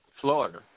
Florida